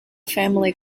family